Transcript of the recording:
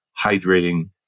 hydrating